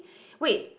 wait